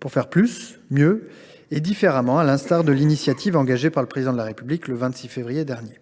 pour faire plus, mieux et différemment, à l’instar de l’initiative engagée par le Président de la République le 26 février dernier.